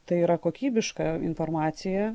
tai yra kokybiška informacija